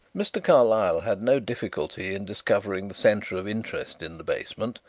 mr. carlyle had no difficulty in discovering the centre of interest in the basement.